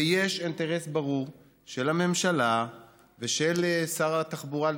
ויש אינטרס ברור של הממשלה ושל שר התחבורה,